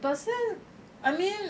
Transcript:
pasal I mean